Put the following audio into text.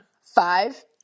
Five